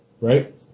right